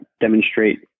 demonstrate